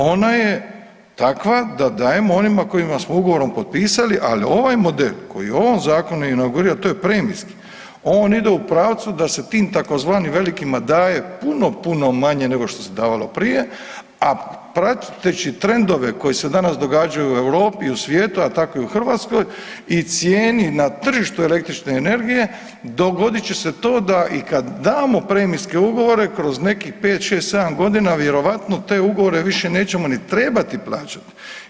Ona je takva da dajemo onima kojima smo ugovorom potpisali, ali ovaj model koji u ovom zakonu inagurira to je …/nerazumljivo/… on ide u pravcu da se tim tzv. velikima daje puno, puno manje nego što se davalo prije, a prateći trendove koji se danas događaju u Europi i u svijetu, a tako i u Hrvatskoj i cijeni na tržištu električne energije, dogodit će se to da i kad damo premijske ugovore kroz nekih 5, 6, 7 godina vjerojatno te ugovore više nećemo ni trebati plaćati.